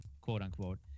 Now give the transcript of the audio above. quote-unquote